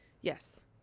Yes